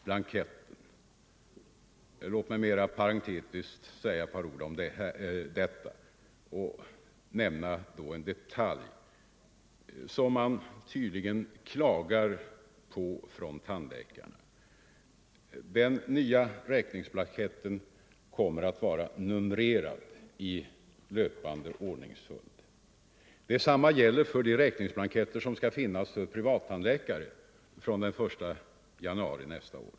Blanketten, ja, låt mig mera parentetiskt säga ett par ord om den och nämna en detalj som man tydligen klagar på från tandläkarna. Den nya räkningsblanketten kommer att vara numrerad i löpande ordningsföljd. Detsamma gäller de räkningsblanketter som skall finnas hos privatläkarna från den 1 januari nästa år.